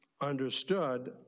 Understood